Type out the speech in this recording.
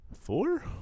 four